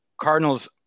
Cardinals